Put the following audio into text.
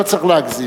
לא צריך להגזים.